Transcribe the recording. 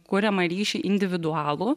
kuriamą ryšį individualų